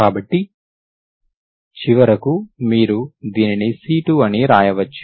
కాబట్టి చివరకు మీరు దీనిని C2 అని వ్రాయవచ్చు